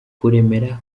kuremera